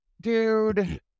Dude